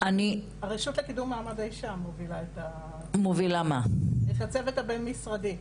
הרשות לקידום מעמד האישה מובילה את הצוות הבין משרדי.